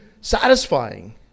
satisfying